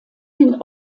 den